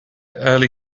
early